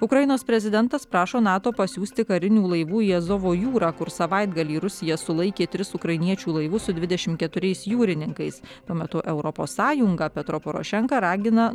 ukrainos prezidentas prašo nato pasiųsti karinių laivų į azovo jūrą kur savaitgalį rusija sulaikė tris ukrainiečių laivus su dvidešimt keturiais jūrininkais tuo metu europos sąjunga petro porošenka ragina